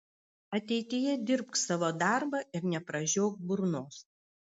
ateityje dirbk savo darbą ir nepražiok burnos